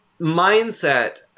mindset